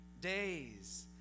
days